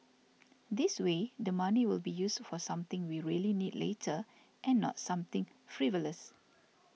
this way the money will be used for something we really need later and not something frivolous